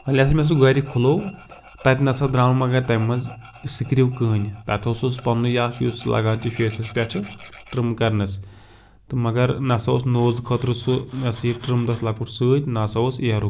مےٚ سُہ گرِ کھُلوو تَتٮ۪ن ہسا دراو مگر تمہِ منٛز سِکرِو کٔہٕنۍ تَتھ اوس سُہ پنٕنُے اَکھ یُس لگان تہِ چھُ فیسَس پٮ۪ٹھٕ ٹرٛم کرنَس تہٕ مگر نہ ہسا اوس نوزٕ خٲطرٕ سُہ یہِ ہسا یہِ ٹرٛم تَتھ لۄکُٹ سۭتۍ نہ ہسا اوس اِیَرُک